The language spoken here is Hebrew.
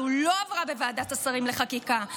לא עברה בוועדת השרים לחקיקה.